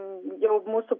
jau mūsų